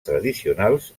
tradicionals